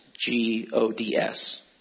G-O-D-S